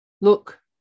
look